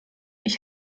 ich